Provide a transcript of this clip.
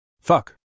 Fuck